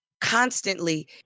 constantly